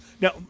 Now